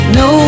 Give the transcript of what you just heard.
no